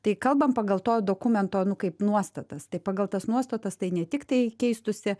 tai kalbam pagal to dokumento nu kaip nuostatas tai pagal tas nuostatas tai ne tiktai keistųsi